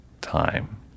time